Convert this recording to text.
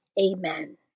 Amen